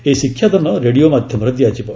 ଏହି ଶିକ୍ଷାଦାନ ରେଡିଓ ମାଧ୍ୟମରେ ଦିଆଯିବ